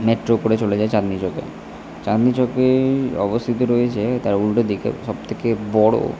metro করে চলে যাই চাঁদনিচকে চাঁদনিচকেই অবস্থিত রয়েছে তার উল্টো দিকে সব থেকে বড়ো